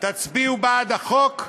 תצביעו בעד החוק,